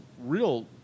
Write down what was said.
real